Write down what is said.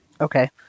Okay